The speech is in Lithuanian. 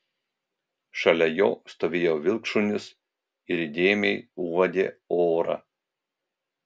šalia jo stovėjo vilkšunis ir įdėmiai uodė orą